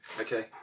Okay